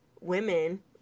women